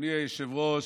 אדוני היושב-ראש,